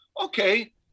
okay